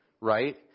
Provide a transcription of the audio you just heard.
right